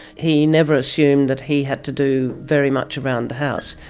he never assumed that he had to do very much around the house.